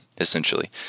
essentially